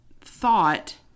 thought